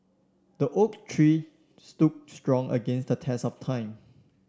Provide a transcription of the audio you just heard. the oak tree stood strong against the test of time